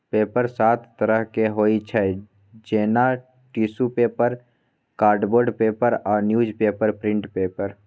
paper सात तरहक होइ छै जेना टिसु पेपर, कार्डबोर्ड पेपर आ न्युजपेपर प्रिंट पेपर